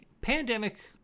pandemic